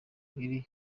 iri